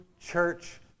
church